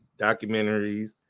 documentaries